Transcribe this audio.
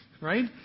right